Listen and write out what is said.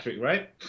right